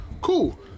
Cool